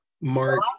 Mark